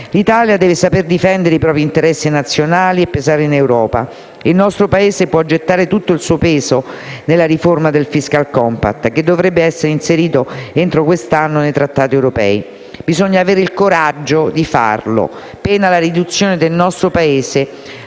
L'Italia deve saper difendere i propri interessi nazionali e pesare in Europa. Il nostro Paese può gettare tutto il suo peso nella riforma del *fiscal compact*, che dovrebbe essere inserito entro quest'anno nei Trattati europei. Bisogna avere il coraggio di farlo, pena la riduzione del nostro Paese